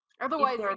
Otherwise